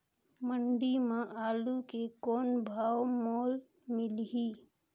मंडी म आलू के कौन भाव मोल मिलही?